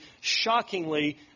shockingly